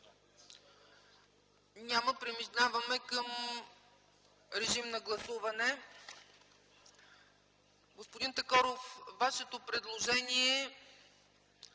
Няма. Преминаваме към режим на гласуване. Господин Такоров, Вашето предложение